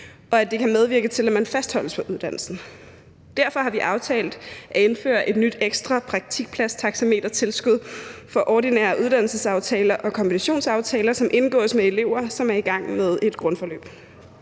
og at det kan medvirke til, at man fastholdes på uddannelsen. Derfor har vi aftalt at indføre et nyt ekstra praktikpladstaxametertilskud for ordinære uddannelsesaftaler og kombinationsaftaler, som indgås med elever, som er i gang med et grundforløb.